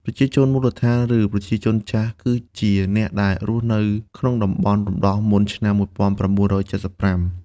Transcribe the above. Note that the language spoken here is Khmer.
ប្រជាជនមូលដ្ឋាន ឬ "ប្រជាជនចាស់" គឺជាអ្នកដែលរស់នៅក្នុងតំបន់រំដោះមុនឆ្នាំ ១៩៧៥។